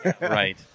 Right